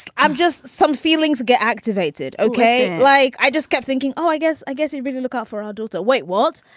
i've just some feelings get activated. ok like, i just kept thinking, oh, i guess i guess he really look out for adults, a white walls,